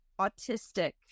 autistic